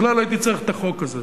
בכלל לא הייתי צריך את החוק הזה,